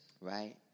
Right